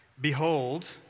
behold